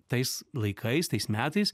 tais laikais tais metais